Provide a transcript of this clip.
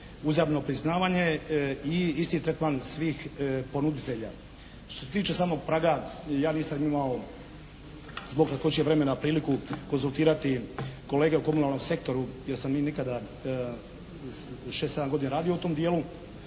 uzajamno priznavanje i isti tretman svih ponuditelja. Što se tiče samog praga ja nisam imao zbog kratkoće vremena priliku konzultirati kolege u komunalnom sektoru jer sam nekada 6, 7 godina radio u tom dijelu.